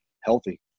healthy